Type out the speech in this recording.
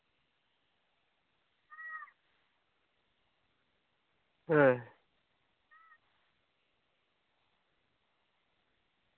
ᱦᱮᱸ